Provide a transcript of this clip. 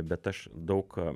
bet aš daug